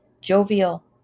jovial –